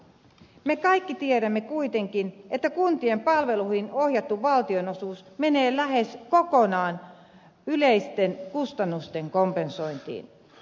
me kaikki tiedämme kuitenkin että kuntien palveluihin ohjattu valtionosuus menee lähes kokonaan yleisten kustannusten kompensointiin